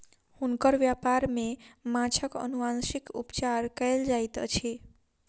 हुनकर व्यापार में माँछक अनुवांशिक उपचार कयल जाइत अछि